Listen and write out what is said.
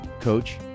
coach